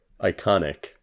Iconic